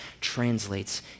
translates